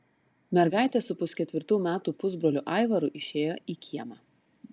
mergaitė su pusketvirtų metų pusbroliu aivaru išėjo į kiemą